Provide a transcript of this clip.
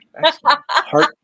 Heart